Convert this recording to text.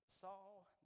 Saul